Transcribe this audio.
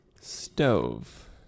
Stove